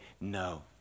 no